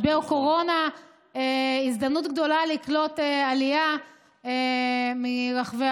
למשפחות, לא רק ברמת ארגונים שנותנים, מכל מיני